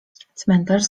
cmentarz